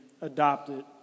adopted